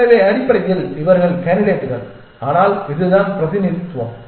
எனவே அடிப்படையில் இவர்கள் கேண்டிடேட்டுகள் ஆனால் இதுதான் பிரதிநிதித்துவம்